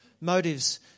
motives